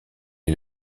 est